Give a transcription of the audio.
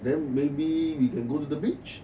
then maybe you can go to the beach